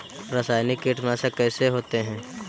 रासायनिक कीटनाशक कैसे होते हैं?